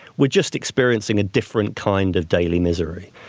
were just experiencing a different kind of daily misery.